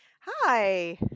hi